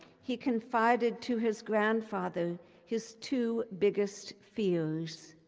he confided to his grandfather his two biggest fears.